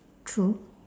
true